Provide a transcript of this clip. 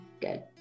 Good